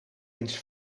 eens